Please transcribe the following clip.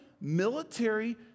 Military